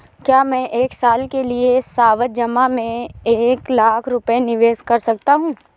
क्या मैं एक साल के लिए सावधि जमा में एक लाख रुपये निवेश कर सकता हूँ?